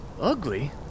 Ugly